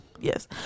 Yes